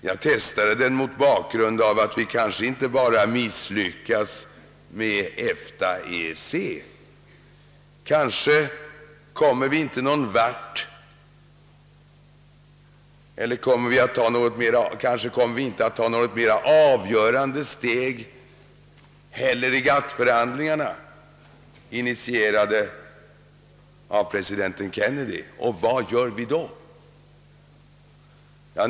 Jag gjorde det provet mot bakgrunden av att vi kanske inte bara misslyckas med EFTA EEC utan kanske inte ens tar något mera avgörande steg heller i de GATT-förhandlingar som initierades av president Kennedy; vad gör vi då?